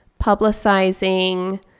publicizing